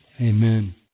Amen